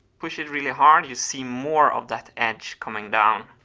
push it really hard, you see more of that edge coming down.